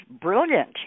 brilliant